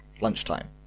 lunchtime